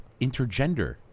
Intergender